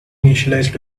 initialized